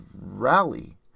rally